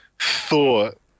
thought